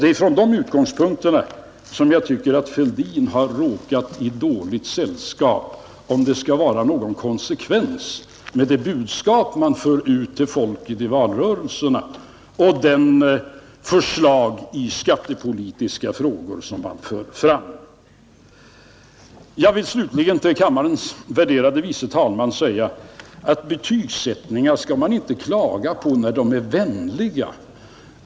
Det är från de utgångspunkterna som jag tycker att herr Fälldin har råkat i dåligt sällskap, om det skall vara konsekvens i det budskap som man för ut till folket i valrörelserna och de förslag i skattepolitiska frågor som man för fram. Jag vill slutligen till kammarens värderade andre vice talman säga att betygsättningar skall man inte klaga på när de är vänliga.